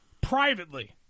privately